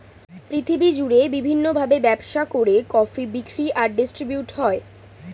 পৃথিবী জুড়ে বিভিন্ন ভাবে ব্যবসা করে কফি বিক্রি আর ডিস্ট্রিবিউট হয়